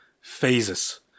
phases